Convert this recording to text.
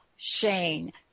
Shane